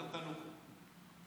אתם תנוחו.